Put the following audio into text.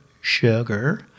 sugar